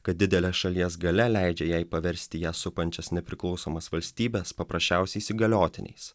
kad didelės šalies galia leidžia jai paversti ją supančias nepriklausomas valstybes paprasčiausiais įgaliotiniais